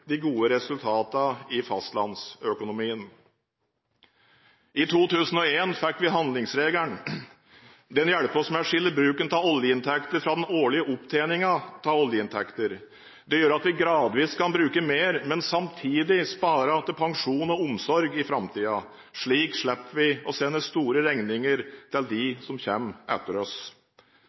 de gode resultatene i fastlandsøkonomien. I 2001 fikk vi handlingsregelen. Den hjelper oss med å skille bruken av oljeinntekter fra den årlige opptjeningen av oljeinntekter. Det gjør at vi gradvis kan bruke mer, men samtidig spare til pensjon og omsorg i framtiden. Slik slipper vi å sende store regninger til dem som kommer etter oss.